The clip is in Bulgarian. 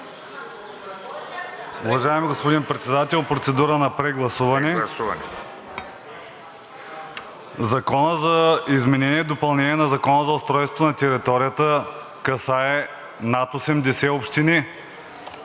Уважаеми господин Председател, процедура на прегласуване. Законът за изменение и допълнение на Закона за устройството на територията касае над 86 общини,